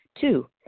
Two